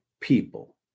people